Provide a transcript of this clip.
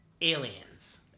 aliens